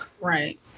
Right